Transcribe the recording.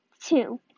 Two